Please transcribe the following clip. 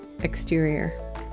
exterior